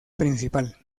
principal